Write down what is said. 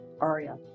Aria